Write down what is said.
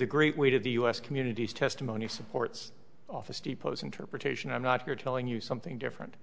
the great weight of the u s community's testimony supports office depot's interpretation i'm not here telling you something different